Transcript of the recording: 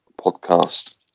podcast